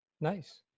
nice